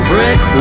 brick